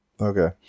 Okay